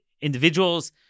individuals